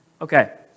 Okay